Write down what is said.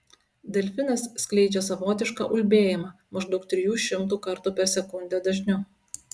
delfinas skleidžia savotišką ulbėjimą maždaug trijų šimtų kartų per sekundę dažniu